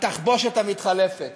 התחבושת המתחלפת